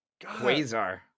Quasar